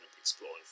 exploring